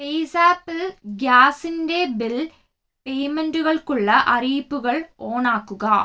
പേയ്സാപ്പിൽ ഗ്യാസിൻ്റെ ബിൽ പേയ്മെൻറ്റുകൾക്കുള്ള അറിയിപ്പുകൾ ഓൺ ആക്കുക